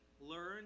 learn